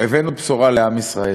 הבאנו בשורה לעם ישראל,